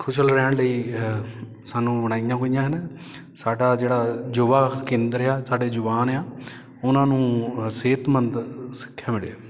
ਖੁਸ਼ਲ ਰਹਿਣ ਲਈ ਸਾਨੂੰ ਬਣਾਈਆਂ ਹੋਈਆਂ ਹਨ ਸਾਡਾ ਜਿਹੜਾ ਯੁਵਾ ਕੇਂਦਰ ਆ ਸਾਡੇ ਜਵਾਨ ਆ ਉਹਨਾਂ ਨੂੰ ਸਿਹਤਮੰਦ ਸਿੱਖਿਆ ਮਿਲੇ